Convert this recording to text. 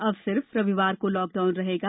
अब सिर्फ रविवार को लॉकडाउन रहेगा